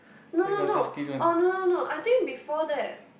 no no no oh no no no I think before that